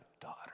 daughter